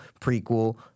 prequel